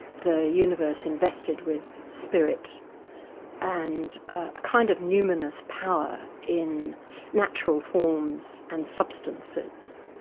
the universe invested with spirit and a kind of numinist power in natural forms and substances.